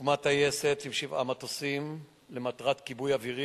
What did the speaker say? הוקמה טייסת עם שבעה מטוסים למטרת כיבוי אווירי,